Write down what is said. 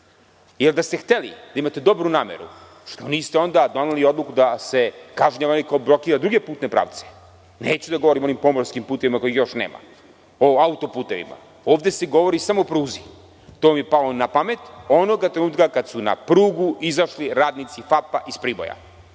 jer da ste hteli da imate dobru nameru, što niste onda doneli odluku da se kažnjava onaj ko blokira druge putne pravce? Neću da govorim o onim pomorskim putevima kojih još nema, o autoputevima. Ovde se govori samo o pruzi. To vam je palo na pamet onoga trenutka kada su na prugu izašli radnici FAP-a iz Priboja. Sada